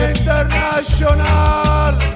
International